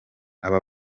aba